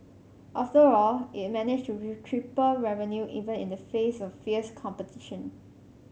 after all it managed to triple revenue even in the face of fierce competition